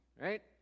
right